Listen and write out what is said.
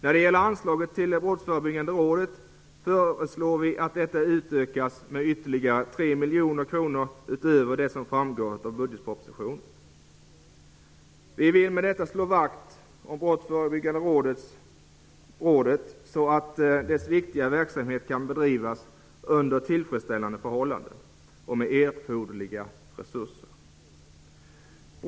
Vi föreslår att anslaget till Brottsförebyggande rådet utökas med tre miljoner kronor utöver vad som framgår i budgetpropositionen. Vi vill på detta sätt slå vakt om Brottsförebyggande rådet, så att dess viktiga verksamhet kan bedrivas under tillfredsställande förhållanden och med erforderliga resurser.